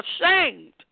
ashamed